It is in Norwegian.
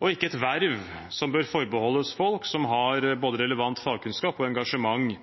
og ikke et verv som bør forbeholdes folk som har både relevant fagkunnskap og engasjement